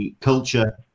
culture